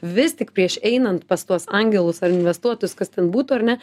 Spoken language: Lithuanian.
vis tik prieš einant pas tuos angelus ar investuotojus kas ten būtų ar ne